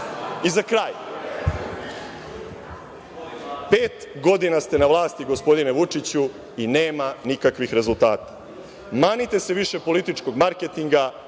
dan.Za kraj, pet godina ste na vlasti, gospodine Vučiću, i nema nikakvih rezultata. Manite se više političkog marketinga,